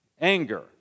Anger